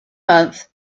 month